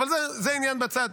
אבל זה עניין בצד.